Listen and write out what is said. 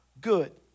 good